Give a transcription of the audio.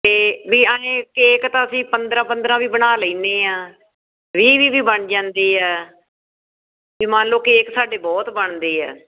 ਅਤੇ ਵੀ ਆਏਂ ਕੇਕ ਤਾਂ ਅਸੀਂ ਪੰਦਰਾਂ ਪੰਦਰਾਂ ਵੀ ਬਣਾ ਲੈਂਦੇ ਹਾਂ ਵੀਹ ਵੀਹ ਬਣ ਜਾਂਦੇ ਆ ਵੀ ਮੰਨ ਲਓ ਕੇਕ ਸਾਡੇ ਬਹੁਤ ਬਣਦੇ ਆ